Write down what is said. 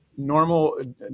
normal